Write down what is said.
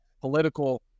political